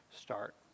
start